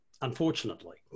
unfortunately